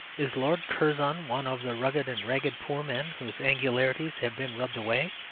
is lord curzon one of the rugged and ragged poor men whose angularities have been rubbed away?